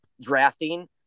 drafting